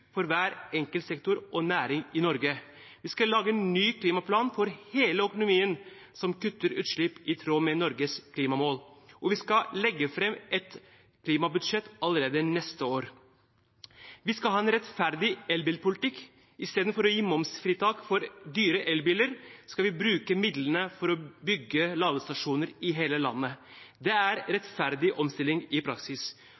for hver enkeltsektor og -næring i Norge. Vi skal lage en ny klimaplan for hele økonomien, som kutter utslipp i tråd med Norges klimamål. Og vi skal legge fram et klimabudsjett allerede neste år. Vi skal ha en rettferdig elbilpolitikk. I stedet for å gi momsfritak for dyre elbiler skal vi bruke midlene på å bygge ladestasjoner i hele landet. Det er